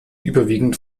überwiegend